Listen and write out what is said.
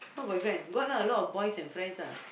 what boyfriend got lah a lot of boys and friends ah